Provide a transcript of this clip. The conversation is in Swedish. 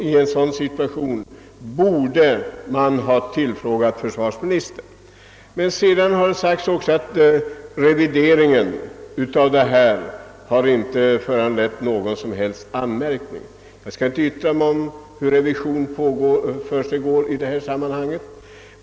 Det har vidare sagts att revideringen av fonderna inte föranlett någon som helst anmärkning. Jag skall inte yttra mig om hur en revision i sådana här fall går till.